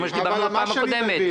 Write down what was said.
על זה דיברנו בישיבה הקודמת.